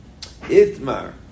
Itmar